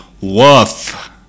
Woof